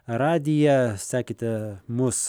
radiją sekite mus